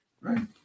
Right